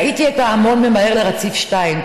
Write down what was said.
ראיתי את ההמון ממהר לרציף 2,